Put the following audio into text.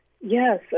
Yes